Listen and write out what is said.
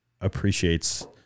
appreciates